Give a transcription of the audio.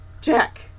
jack